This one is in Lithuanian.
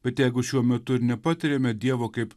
bet jeigu šiuo metu nepatiriame dievo kaip